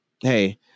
hey